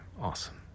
awesome